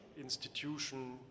institution